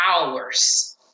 hours